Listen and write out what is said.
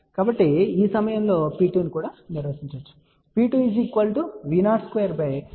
కాబట్టి ఈ సమయంలో P2 ను నిర్వచించవచ్చుP2V022Z¿1